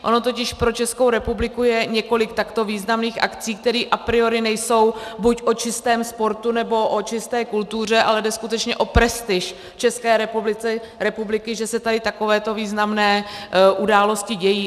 Ono totiž pro Českou republiku je několik takto významných akcí, které a priori nejsou buď o čistém sportu, nebo o čisté kultuře, ale jde skutečně o prestiž České republiky, že se tady takovéto významné události dějí.